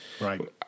right